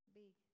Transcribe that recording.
big